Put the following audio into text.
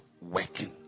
working